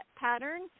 pattern